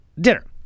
dinner